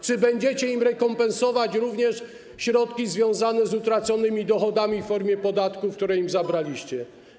Czy będziecie im rekompensować również środki związane z utraconymi dochodami w formie podatków, które im zabraliście?